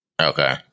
Okay